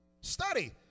Study